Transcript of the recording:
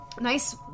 nice